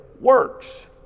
works